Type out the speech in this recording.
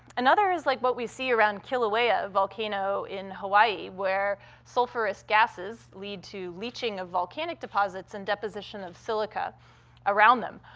another is like what we see around kilauea volcano in hawaii where sulfurous gases lead to leeching of volcanic deposits and deposition of silica around them.